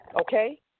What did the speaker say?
Okay